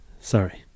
sorry